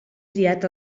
triat